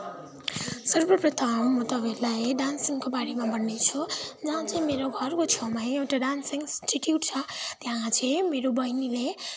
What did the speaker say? सर्वप्रथम म तपाईँलाई डान्सिङको बारेमा भन्ने छु जहाँ चाहिँ मेरो घरकै छेउमै एउटा डान्सिङ इन्स्टिटिउट छ त्यहाँ चाहिँ मेरो बहिनीले